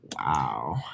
Wow